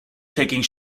taking